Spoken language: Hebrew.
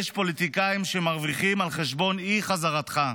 יש פוליטיקאים שמרוויחים על חשבון אי-חזרתך,